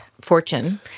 fortune